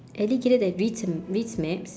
alligator that reads a reads maps